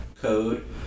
code